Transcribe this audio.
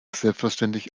selbstverständlich